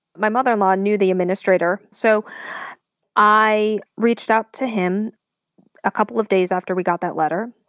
my mother-in-law knew the administrator, so i reached out to him a couple of days after we got that letter.